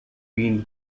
been